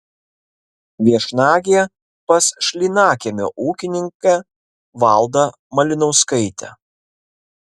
viešnagė pas šlynakiemio ūkininkę valdą malinauskaitę